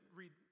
read